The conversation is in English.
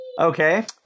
Okay